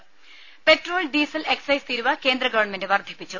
ദരദ petrol diesel excise തീരുവ കേന്ദ്ര ഗവൺമെന്റ് വർദ്ധിപ്പിച്ചു